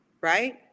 right